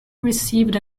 received